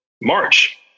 March